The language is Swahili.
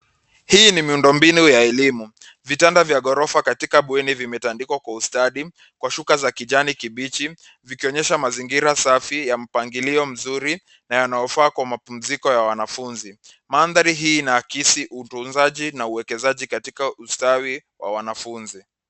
Hii ni miundombinu ya elimu. Vitanda vya ghorofa katika bweni vimetandikwa kwa ustadi kwa shuka za kijani kibichi vikionyesha mazingira safi ya mpangilio mzuri na yanayofaa kwa mapumziko ya wanafuzi. Mandhari hii inaakisa utunzaji na uwekezaji katika ustawi wa wanafuzi.